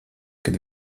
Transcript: kad